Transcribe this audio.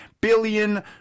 billion